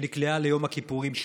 שנקלעה ליום הכיפורים שלה.